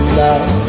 love